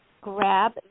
grab